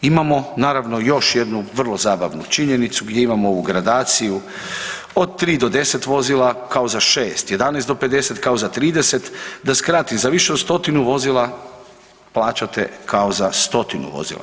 Imamo naravno još jednu vrlo zabavnu činjenicu gdje imamo ovu gradaciju od 3 do 10 vozila kao za 6, 11 do 50 kao za 30, da skratim za više od stotinu vozila plaćate kao za stotinu vozila.